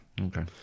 Okay